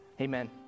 Amen